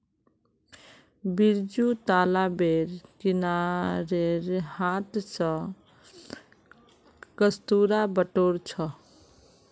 बिरजू तालाबेर किनारेर हांथ स कस्तूरा बटोर छ